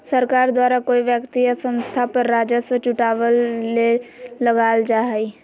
सरकार द्वारा कोय व्यक्ति या संस्था पर राजस्व जुटावय ले लगाल जा हइ